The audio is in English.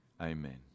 Amen